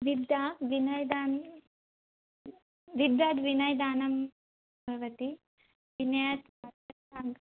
विद्या विनयदाने विद्यायाः विनयदानं भवति विनयात् पात्रता